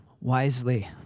wisely